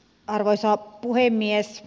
arvoisa puhemies